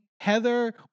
Heather